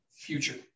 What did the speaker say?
Future